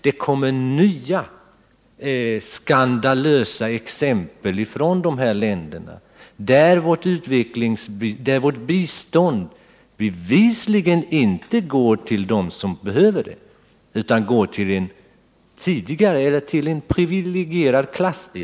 Det kommer nya skandalösa exempel från dessa länder, där vårt bistånd bevisligen inte går till dem som behöver det utan går till en privilegierad klass.